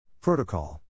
Protocol